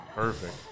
Perfect